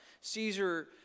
Caesar